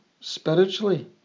spiritually